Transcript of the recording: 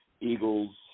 Eagles